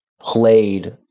played